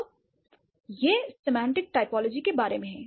तो यह semantic typology के बारे में है